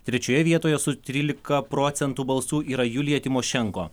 trečioje vietoje su trylika procentų balsų yra julija tymošenko